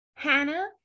Hannah